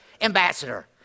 Ambassador